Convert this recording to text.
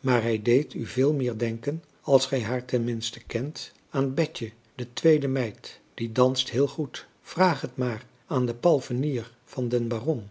maar hij deed u veel meer denken als gij haar ten minste kendet aan betje de tweede meid die danst heel goed vraag het maar aan den palfrenier van den baron